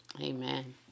Amen